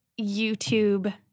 YouTube